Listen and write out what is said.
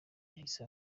yahize